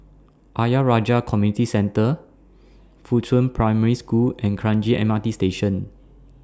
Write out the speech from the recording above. Ayer Rajah Community Center Fuchun Primary School and Kranji M R T Station